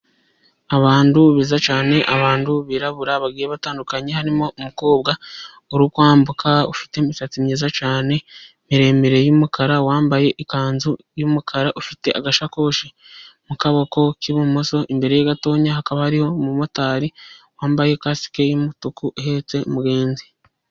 Abantu beza cyane, abantu birabura, bagiye batandukanye. Harimo umukobwa uri kwambuka, ufite imisatsi myiza cyane, miremire y’umukara, wambaye ikanzu y’umukara, ufite agasakoshi mu kaboko k’ibumoso. Imbere ye gatoya, hakaba hariho umumotari wambaye kasike y’umutuku, ihetse umugenzi.